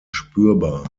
spürbar